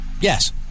yes